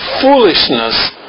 foolishness